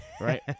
Right